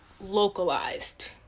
localized